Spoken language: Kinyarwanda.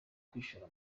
kwishora